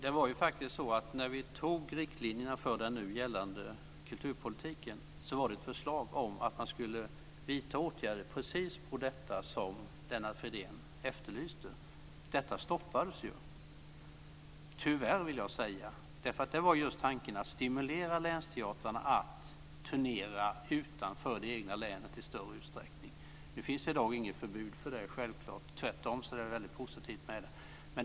Fru talman! När vi tog riktlinjerna för den nu gällande kulturpolitiken var det ett förslag om att man skulle vidta åtgärder precis för detta som Lennart Fridén efterlyste. Detta stoppades ju - tyvärr, vill jag säga. Där var just tanken att stimulera länsteatrarna att turnera utanför det egna länet i större utsträckning. Nu finns det självfallet inget förbud mot det - tvärtom är det väldigt positivt.